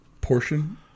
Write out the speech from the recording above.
portion